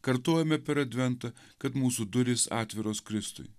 kartojame per adventą kad mūsų durys atviros kristui